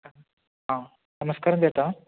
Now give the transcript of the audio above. ആ നമസ്ക്കാരം ചേട്ടാ